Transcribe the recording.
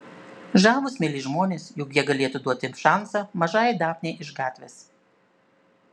žavūs mieli žmonės juk jie galėtų duoti šansą mažajai dafnei iš gatvės